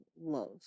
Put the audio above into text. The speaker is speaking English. Love